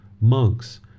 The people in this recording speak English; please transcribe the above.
Monks